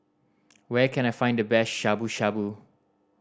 where can I find the best Shabu Shabu